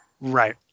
Right